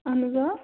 اَہَن حظ آ